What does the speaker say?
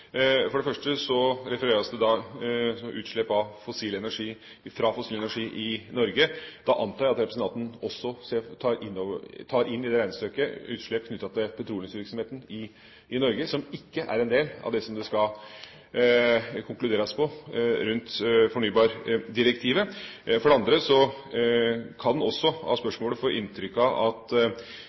For det første refereres det til utslipp fra fossil energi i Norge. Da antar jeg at representanten også tar inn i det regnestykket utslipp knyttet til petroleumsvirksomheten i Norge som ikke er en del av det som det skal konkluderes på rundt fornybardirektivet. For det andre kan man også av spørsmålet få inntrykk av at